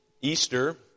Easter